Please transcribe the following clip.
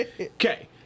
okay